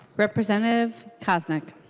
representative koznick